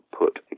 put